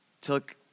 took